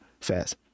fast